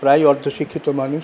প্রায় অর্ধশিক্ষিত মানুষ